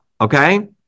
okay